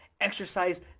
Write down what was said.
exercise